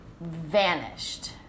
vanished